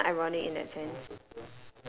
it's kind of ironic in that sense